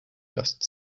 dust